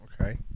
Okay